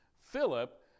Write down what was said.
Philip